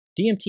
DMT